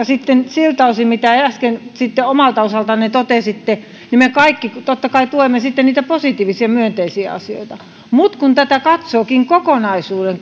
sitten siltä osin mitä äsken omalta osaltanne totesitte me kaikki totta kai tuemme sitten niitä positiivisia ja myönteisiä asioita mutta kun tätä katsookin kokonaisuuden